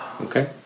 Okay